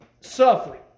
suffering